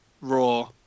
Raw